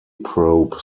probe